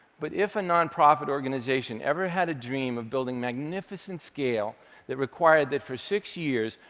but if a nonprofit organization ever had a dream of building magnificent scale that required that for six years,